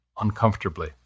uncomfortably